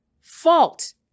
fault